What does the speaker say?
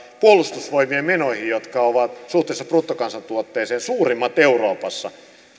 puolustusvoimien menoihin jotka ovat suhteessa bruttokansantuotteeseen suurimmat euroopassa